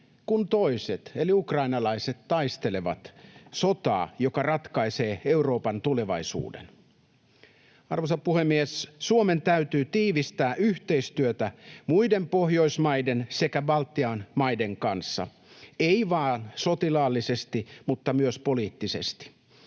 kun toiset eli ukrainalaiset taistelevat sotaa, joka ratkaisee Euroopan tulevaisuuden. Arvoisa puhemies! Suomen täytyy tiivistää yhteistyötä muiden Pohjoismaiden sekä Baltian maiden kanssa, ei vain sotilaallisesti mutta myös poliittisesti.